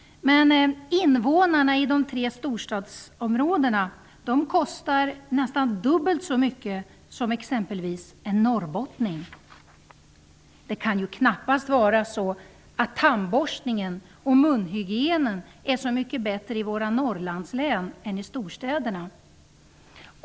Invånarna i de tre storstadsområdena kostar nästan dubbelt så mycket som exempelvis en norrbottning. Det kan knappast vara så att tandborstningen och munhygienen är så mycket bättre i våra Norrlandslän än i storstäderna.